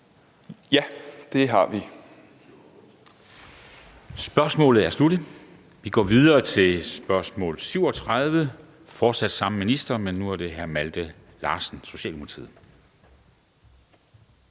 at det her vil